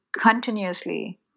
continuously